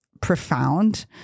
profound